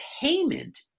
payment